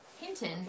Hinton